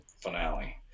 finale